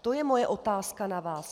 To je moje otázka na vás.